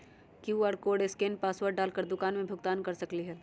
QR code scan password डाल कर दुकान में भुगतान कर सकलीहल?